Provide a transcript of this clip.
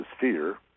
fear